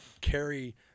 carry